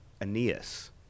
Aeneas